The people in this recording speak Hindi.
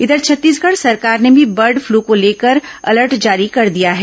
इधर छत्तीसगढ़ सरकार ने भी बर्ड फ्लू को लेकर अलर्ट जारी कर दिया है